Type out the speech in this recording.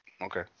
Okay